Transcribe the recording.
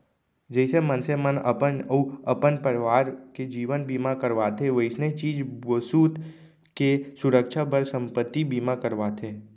जइसे मनसे मन अपन अउ अपन परवार के जीवन बीमा करवाथें वइसने चीज बसूत के सुरक्छा बर संपत्ति बीमा करवाथें